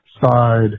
side